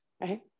right